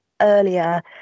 earlier